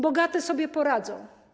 Bogate sobie poradzą.